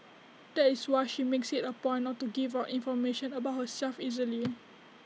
that is why she makes IT A point not to give out information about herself easily